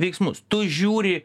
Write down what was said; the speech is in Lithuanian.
veiksmus tu žiūri